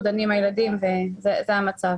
אין סיבה לדחות אותן.